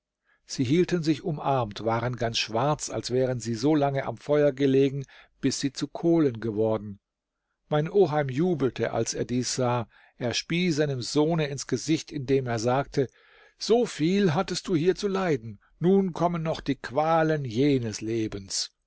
sie hielten sich umarmt waren ganz schwarz als wären sie so lange am feuer gelegen bis sie zu kohlen geworden mein oheim jubelte als er dies sah er spie seinem sohne ins gesicht indem er sagte soviel hattest du hier zu leiden nun kommen noch die qualen jenes lebens